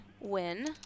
win